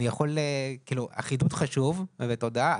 החידוד חשוב ותודה.